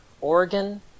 Oregon